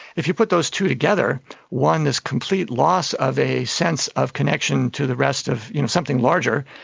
if you put those two together one, this complete loss of a sense of connection to the rest of you know something larger,